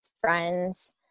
friends